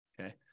Okay